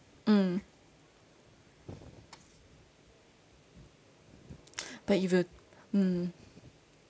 mm but if you mm